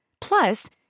Plus